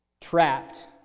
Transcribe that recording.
trapped